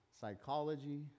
Psychology